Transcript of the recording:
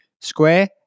square